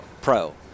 Pro